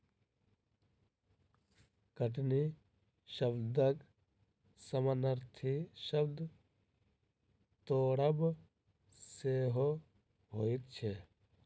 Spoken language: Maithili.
कटनी शब्दक समानार्थी शब्द तोड़ब सेहो होइत छै